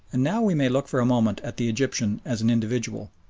and now we may look for a moment at the egyptian as an individual.